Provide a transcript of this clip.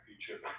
future